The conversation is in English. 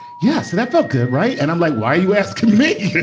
yeah, so that felt good, right? and i'm like, why are you asking me? if it